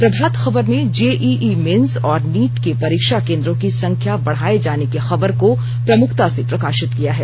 प्रभात खबर ने JEE mains और NEET के परीक्षा केन्द्रों की संख्या बढ़ाये जाने की खबर को प्रमुखता से प्रकाशित किया है